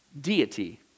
deity